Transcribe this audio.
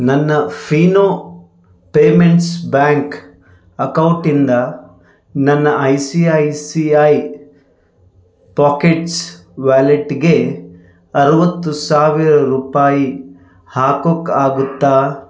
ನನ್ನ Fino payments bank ಅಕೌಟಿಂದ ನನ್ನ ಐ ಸಿ ಐ ಪೋಕೆಟ್ಸ್ ವ್ಯಾಲೆಟ್ಗೆ ಅರವತ್ತು ಸಾವಿರ ರುಪಾಯಿ ಹಾಕೋಕ್ಕಾಗುತ್ತ